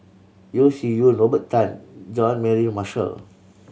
Yeo Shih Yun Robert Tan Jean Mary Marshall